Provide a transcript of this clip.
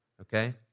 okay